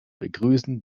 begrüßen